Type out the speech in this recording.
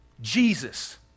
Jesus